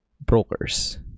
brokers